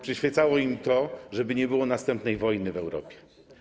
Przyświecało im to, żeby nie było następnej wojny w Europie.